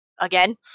again